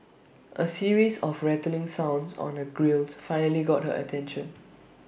A series of rattling sounds on her grilles finally got her attention